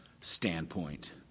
standpoint